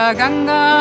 ganga